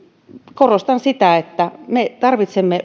korostan sitä että me tarvitsemme